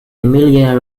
emilia